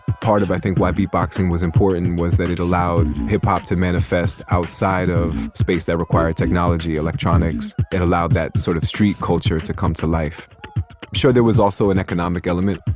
part of i think why beatboxing was important and was that it allowed hip-hop to manifest outside of space that required technology, electronics. it allowed that sort of street culture to come to life i'm sure there was also an economic element.